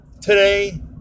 today